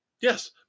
Yes